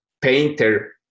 painter